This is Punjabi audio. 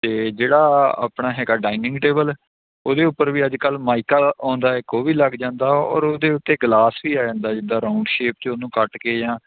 ਅਤੇ ਜਿਹੜਾ ਆਪਣਾ ਹੈਗਾ ਡਾਇਨਿੰਗ ਟੇਬਲ ਉਹਦੇ ਉੱਪਰ ਵੀ ਅੱਜ ਕੱਲ੍ਹ ਮਾਈਕਾ ਆਉਂਦਾ ਹੈ ਇੱਕ ਉਹ ਵੀ ਲੱਗ ਜਾਂਦਾ ਔਰ ਉਹਦੇ ਉੱਤੇ ਗਲਾਸ ਵੀ ਆ ਜਾਂਦਾ ਜਿੱਦਾਂ ਰਾਊਂਡ ਸ਼ੇਪ 'ਚ ਉਹਨੂੰ ਕੱਟ ਕੇ ਜਾਂ